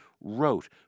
Wrote